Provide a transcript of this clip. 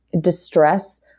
distress